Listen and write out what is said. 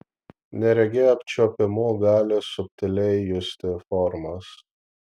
neregiai apčiuopimu gali subtiliai justi formas